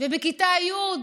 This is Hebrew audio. ובכיתה י',